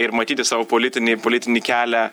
ir matyti savo politinį politinį kelią